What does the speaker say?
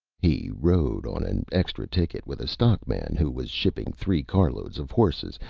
he rode on an extra ticket with a stockman who was shipping three car-load of horses,